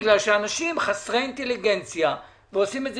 בגלל שאנשים חסרי אינטליגנציה ועושים את זה